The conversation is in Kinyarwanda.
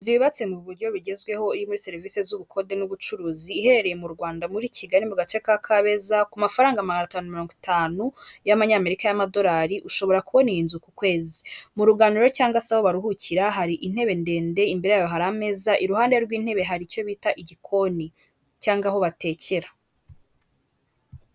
Inzu yubatse mu buryo bugezweho irimo serivisi z'ubukode n'ubucuruzi iherereye mu Rwanda muri Kigali mu gace ka Kabeza ku mafaranga magana atanu mirongo itanu y'amanyamerika y'amadolari, ushobora kubona iyi nzu ku kwezi mu ruganiriro cyangwa se baruhukira hari intebe ndende imbere yaho hari ameza iruhande rw'intebe hari icyo bita igikoni cyangwa se aho batekera.